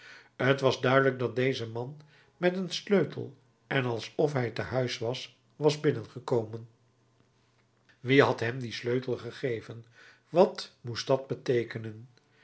t was duidelijk dat deze man met een sleutel en alsof hij te huis was was binnengekomen wie had hem dien sleutel gegeven wat moest dat beteekenen